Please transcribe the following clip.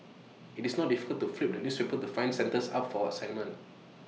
IT is not difficult to flip the newspapers to find centres up for assignment